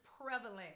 prevalent